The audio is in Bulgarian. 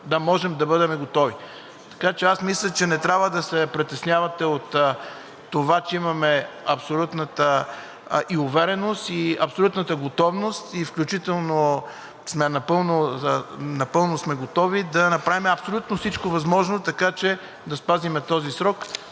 да можем да бъдем готови. Мисля, че не трябва да се притеснявате от това, че имаме абсолютната и увереност, и абсолютната готовност, и включително напълно сме готови да направим абсолютно всичко възможно, така че да спазим този срок.